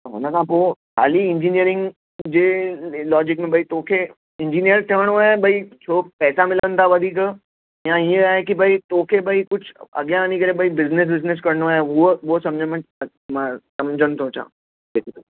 त हुन खां पोइ हाली इंजीनियरिंग जे लॉजिक में भाई तोखे इंजीनियर ठहणो आहे भाई छो पैसा मिलंदा वधीक या हीअं आहे कि भाई तोखे भाई कुझु अॻियां वञी करे भाई बिज़निस विज़निस करिणो आहे हूअ हूओ समुझ में मां सम्झणु थो चाहियां हिकु त